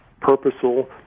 purposeful